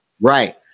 Right